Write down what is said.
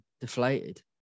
deflated